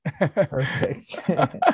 Perfect